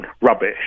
rubbish